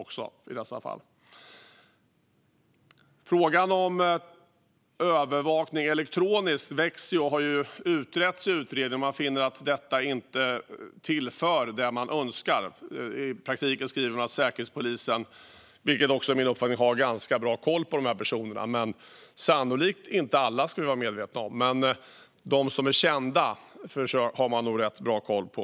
Frågan om elektronisk övervakning växer och har behandlats i utredningen. Man finner att detta inte tillför det som önskas. Man skriver, vilket också är min uppfattning, att Säkerhetspolisen i praktiken har ganska bra koll på dessa personer - dock sannolikt inte alla, ska vi vara medvetna om. Men de som är kända har man nog rätt bra koll på.